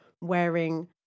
wearing